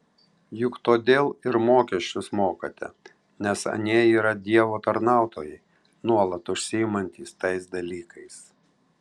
juk todėl ir mokesčius mokate nes anie yra dievo tarnautojai nuolat užsiimantys tais dalykais